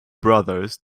brothers